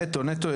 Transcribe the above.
נטו, נטו.